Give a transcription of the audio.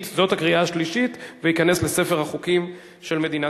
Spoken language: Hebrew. ובכן, עשרה בעד, אין מתנגדים, אין נמנעים.